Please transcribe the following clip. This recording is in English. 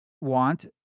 want